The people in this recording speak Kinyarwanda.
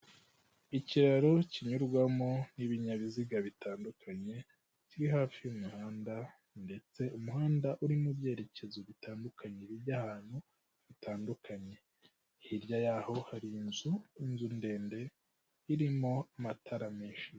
Ikiraro kinyurwamo n'ibinyabiziga bitandukanye kiri hafi y'umuhanda ndetse umuhanda uri mu byerekezo bitandukanye bijya ahantu hatandukanye hirya yaho hari inzu inzu ndende irimo amatara menshi.